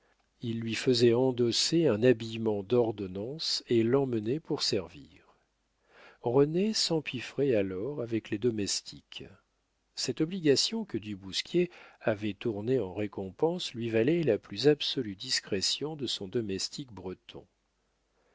il lui faisait endosser un habillement d'ordonnance et l'emmenait pour servir rené s'empiffrait alors avec les domestiques cette obligation que du bousquier avait tournée en récompense lui valait la plus absolue discrétion de son domestique breton